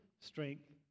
strength